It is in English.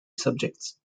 subjects